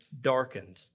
darkened